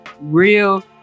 real